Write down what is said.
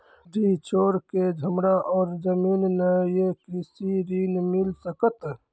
डीह छोर के हमरा और जमीन ने ये कृषि ऋण मिल सकत?